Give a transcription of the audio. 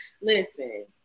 Listen